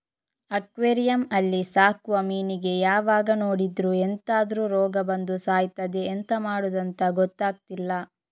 aquarium ಅಲ್ಲಿ ಸಾಕುವ ಮೀನಿಗೆ ಯಾವಾಗ ನೋಡಿದ್ರೂ ಎಂತಾದ್ರೂ ರೋಗ ಬಂದು ಸಾಯ್ತದೆ ಎಂತ ಮಾಡುದಂತ ಗೊತ್ತಾಗ್ತಿಲ್ಲ